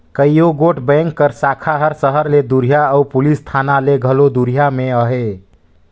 कइयो गोट बेंक कर साखा हर सहर ले दुरिहां अउ पुलिस थाना ले घलो दुरिहां में अहे